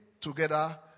together